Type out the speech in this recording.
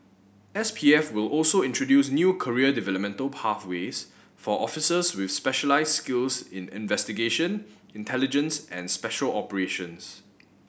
S P F will also introduce new career developmental pathways for officers with specialised skills in investigation intelligence and special operations